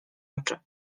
oczy